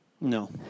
No